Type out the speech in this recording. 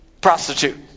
prostitute